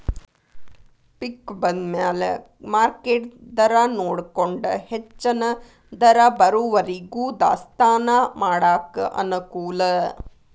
ಪಿಕ್ ಬಂದಮ್ಯಾಲ ಮಾರ್ಕೆಟ್ ದರಾನೊಡಕೊಂಡ ಹೆಚ್ಚನ ದರ ಬರುವರಿಗೂ ದಾಸ್ತಾನಾ ಮಾಡಾಕ ಅನಕೂಲ